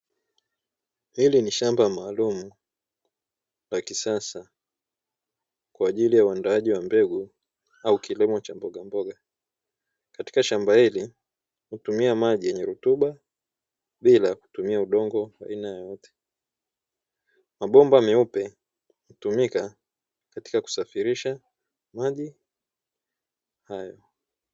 Hili ni shamba maalumu la kisasa kwa ajili ya uandaaji wa mbegu au kilimo cha mbogamboga. Katika shamba hili hutumia maji yenye rutuba bila kutumia udongo wa aina yeyote. Mabomba meupe hutumika katika kusafirisha maji hayo.